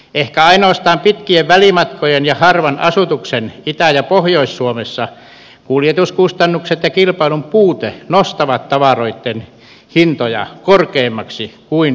ehkä ainoastaan pitkien välimatkojen ja harvan asutuksen itä ja pohjois suomessa kuljetuskustannukset ja kilpailun puute nostavat tavaroitten hintoja korkeammiksi kuin etelä suomessa